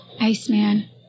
Iceman